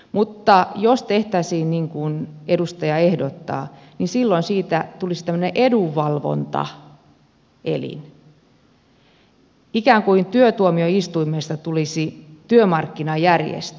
mutta jos tehtäisiin niin kuin edustaja ehdottaa niin silloin siitä tulisi tämmöinen edunvalvontaelin ikään kuin työtuomioistuimesta tulisi työmarkkinajärjestö